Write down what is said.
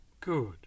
Good